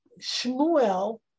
Shmuel